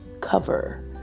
cover